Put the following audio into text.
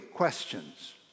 questions